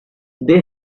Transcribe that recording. they